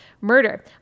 murder